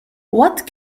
what